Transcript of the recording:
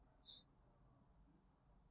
so